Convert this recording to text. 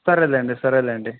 సరేలేండి సరేలేండి